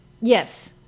Yes